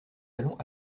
allons